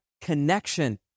connection